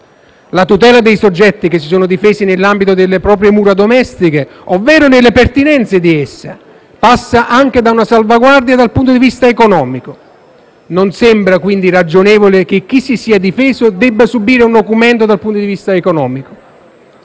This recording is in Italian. La tutela dei soggetti che si sono difesi nell'ambito delle proprie mura domestiche, ovvero nelle pertinenze di essa, passa anche da una salvaguardia dal punto di vista economico. Non sembra quindi ragionevole che chi si sia difeso debba subire un nocumento dal punto di vista economico.